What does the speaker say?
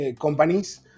companies